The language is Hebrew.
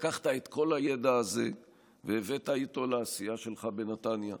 לקחת את כל הידע הזה והבאת אותו לעשייה שלך בנתניה.